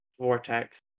vortex